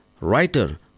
writer